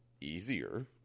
easier